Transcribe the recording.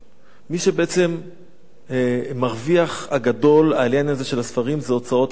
מי שהוא בעצם המרוויח הגדול מהעניין הזה של הספרים זה הוצאות הספרים,